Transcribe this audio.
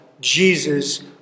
Jesus